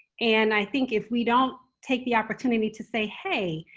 and i think if we don't take the opportunity to say, hey.